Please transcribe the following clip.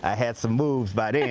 ah had some moves. but yeah